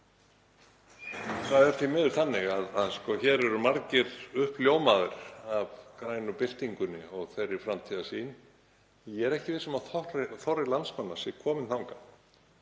Það er því miður þannig að hér eru margir uppljómaðir af grænu byltingunni og þeirri framtíðarsýn en ég er ekki viss um að þorri landsmanna sé kominn þangað.